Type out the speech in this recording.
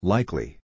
Likely